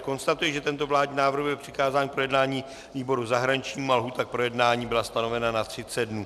Konstatuji, že tento vládní návrh byl přikázán k projednání výboru zahraničnímu a lhůta k projednání byla stanovena na 30 dnů.